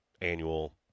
annual